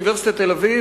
באוניברסיטת תל-אביב,